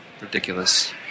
ridiculous